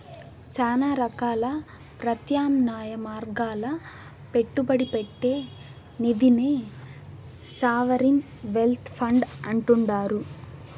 శానా రకాల ప్రత్యామ్నాయ మార్గాల్ల పెట్టుబడి పెట్టే నిదినే సావరిన్ వెల్త్ ఫండ్ అంటుండారు